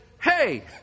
Hey